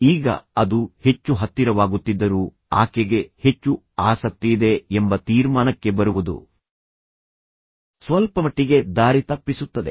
ಈಗ ಅದು ಹೆಚ್ಚು ಹತ್ತಿರವಾಗುತ್ತಿದ್ದರೂ ಆಕೆಗೆ ಹೆಚ್ಚು ಆಸಕ್ತಿಯಿದೆ ಎಂಬ ತೀರ್ಮಾನಕ್ಕೆ ಬರುವುದು ಸ್ವಲ್ಪಮಟ್ಟಿಗೆ ದಾರಿತಪ್ಪಿಸುತ್ತದೆ